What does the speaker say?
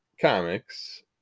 comics